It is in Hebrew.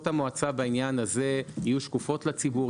המועצה בעניין הזה יהיו שקופות לציבור,